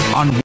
on